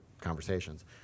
conversations